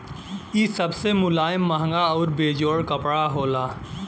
इ सबसे मुलायम, महंगा आउर बेजोड़ कपड़ा होला